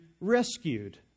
rescued